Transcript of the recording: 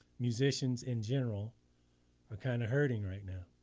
musicians in general are kind of hurting right now.